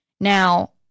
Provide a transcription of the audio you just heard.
Now